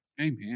Amen